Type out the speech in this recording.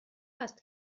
است